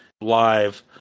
live